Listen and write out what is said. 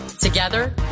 Together